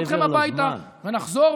נשלח אתכם הביתה ונחזור,